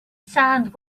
sand